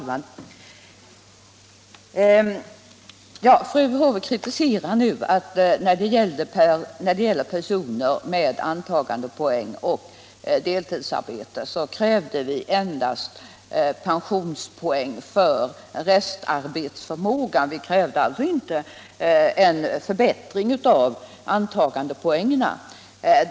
Herr talman! Fru Håvik kritiserar nu att vi beträffande personer med antagandepoäng och deltidsarbete endast krävde pensionspoäng för restarbetsförmågan. Vi krävde alltså inte en förbättring av antagandepoängen.